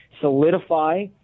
solidify